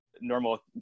normal